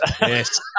Yes